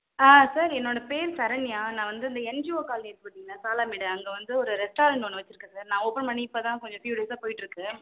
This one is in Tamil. ஆ சார் என்னோட பேர் சரண்யா நான் வந்து இந்த என்ஜிஓ காலனி இருக்கு பார்த்தீங்களா சாலமேடு அங்கே வந்து ஒரு ரெஸ்ட்டாரண்ட் ஒன்று வச்சுருக்கேன் சார் நான் ஓப்பன் பண்ணி இப்போதான் கொஞ்சம் ஃப்யூ டேஸ்ஸாக போயிட்டுருக்கு